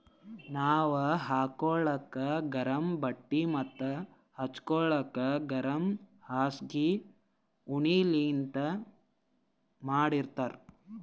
ನಾವ್ ಹಾಕೋಳಕ್ ಗರಮ್ ಬಟ್ಟಿ ಮತ್ತ್ ಹಚ್ಗೋಲಕ್ ಗರಮ್ ಹಾಸ್ಗಿ ಉಣ್ಣಿಲಿಂತ್ ಮಾಡಿರ್ತರ್